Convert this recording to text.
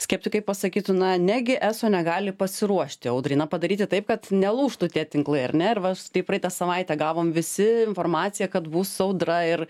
skeptikai pasakytų na negi eso negali pasiruošti audrai na padaryti taip kad nelūžtų tie tinklai ar ne ir va tai praeitą savaitę gavom visi informaciją kad bus audra ir